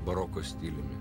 baroko stiliumi